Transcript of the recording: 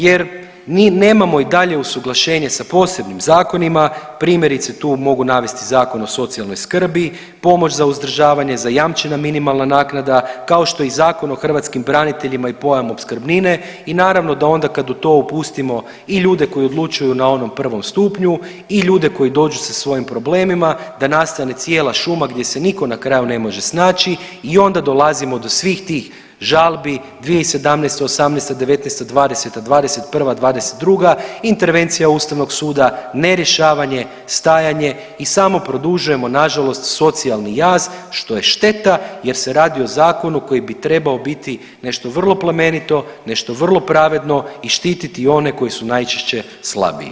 Jer mi nemamo i dalje usuglašenje sa posebnim zakonima, primjerice tu mogu navesti Zakon o socijalnoj skrbi, pomoć za uzdržavanje, zajamčena minimalna naknada, kao što i Zakon o hrvatskim braniteljima i pojam opskrbnine i naravno da onda kad u to upustimo i ljude koji odlučuju na onom prvom stupnju i ljude koji dođu sa svojim problemima da nastane cijela šuma gdje se nitko ne može na kraju snaći i onda dolazimo do svih tih žalbi 2017., '18., '19., '20., '21., '22., intervencija Ustavnog suda, ne rješavanje, stajanje i samo produžujemo nažalost socijalni jaz što je šteta jer se radi o zakonu koji bi trebao biti nešto vrlo plemenito, nešto vrlo pravedno i štiti one koji su najčešće slabiji.